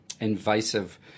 invasive